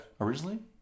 Originally